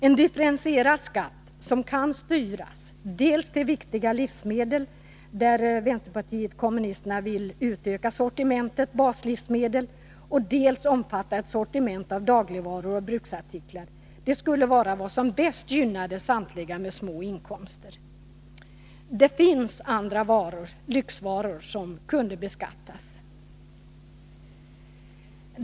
En differentierad skatt som dels kan styras till viktiga livsmedel, där vpk vill utöka sortimentet baslivsmedel, dels omfatta ett sortiment av dagligvaror och bruksartiklar, skulle vara vad som bäst gynnade samtliga med små inkomster. Det finns andra varor — lyxvaror — som kunde beskattas.